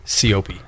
COP